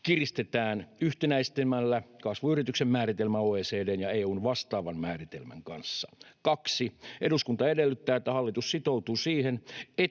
kiristetään yhtenäistämällä kasvuyrityksen määritelmä OECD:n ja EU:n vastaavan määritelmän kanssa.” ”2) Eduskunta edellyttää, että hallitus sitoutuu siihen,